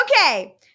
Okay